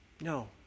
No